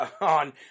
on